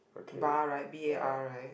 bar right B A R right